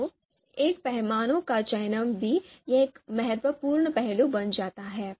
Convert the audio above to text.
तो एक पैमाने का चयन भी यहाँ एक महत्वपूर्ण पहलू बन जाता है